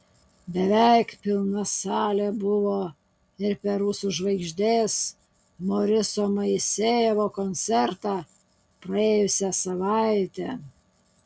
beveik pilna salė buvo ir per rusų žvaigždės boriso moisejevo koncertą praėjusią savaitę